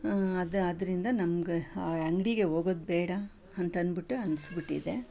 ಅದು ಅದರಿಂದ ನಮಗೆ ಆ ಅಂಗಡಿಗೆ ಹೋಗೋದು ಬೇಡ ಅಂತಂದ್ಬಿಟ್ಟು ಅನ್ನಿಸ್ಬಿಟ್ಟಿದೆ